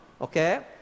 okay